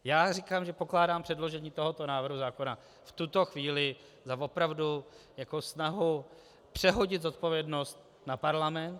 Já říkám, že pokládám předložení tohoto návrhu zákona v tuto chvíli opravdu za snahu přehodit odpovědnost na parlament.